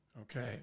Okay